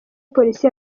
polisi